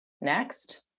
Next